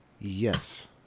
Yes